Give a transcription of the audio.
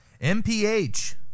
MPH